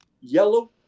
yellow